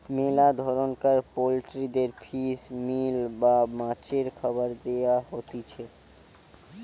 মেলা ধরণকার পোল্ট্রিদের ফিশ মিল বা মাছের খাবার দেয়া হতিছে